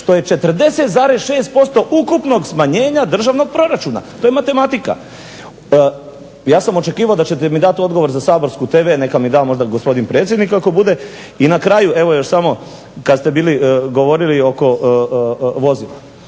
što je 40,6% ukupnog smanjenja državnog proračuna. To je matematika. Ja sam očekivao da ćete mi dati odgovor za Saborsku TV, neka mi da gospodin predsjednik ako bude. I na kraju evo još samo kada ste govorili oko vozila.